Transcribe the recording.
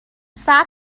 صبر